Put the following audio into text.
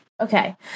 Okay